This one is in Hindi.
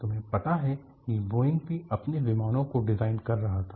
तुम्हें पता है कि बोइंग भी अपने विमानों को डिजाइन कर रहा था